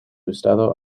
estado